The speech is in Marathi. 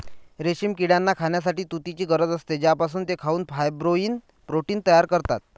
रेशीम किड्यांना खाण्यासाठी तुतीची गरज असते, ज्यापासून ते खाऊन फायब्रोइन प्रोटीन तयार करतात